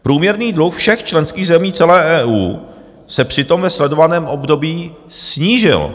Průměrný dluh všech členských zemí celé EU se přitom ve sledovaném období snížil.